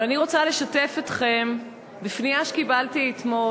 ואני רוצה לשתף אתכם בפנייה שקיבלתי אתמול.